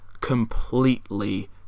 completely